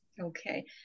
Okay